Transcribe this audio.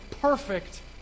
perfect